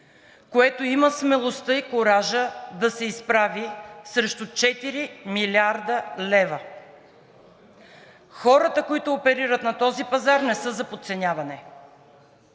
което има смелостта и куража да се изправи срещу 4 млрд. лв. Хората, които оперират на този пазар, не са за подценяване.